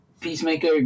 Peacemaker